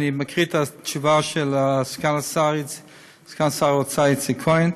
אני מקריא את התשובה של סגן השר איציק כהן.